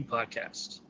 Podcast